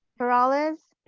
peralez,